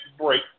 break